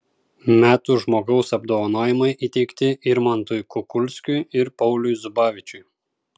metų žmogaus apdovanojimai įteikti irmantui kukulskiui ir pauliui zubavičiui